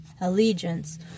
allegiance